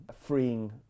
freeing